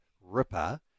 ripper